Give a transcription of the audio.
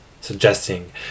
suggesting